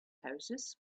houses